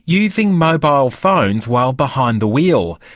using mobile phones while behind the wheel.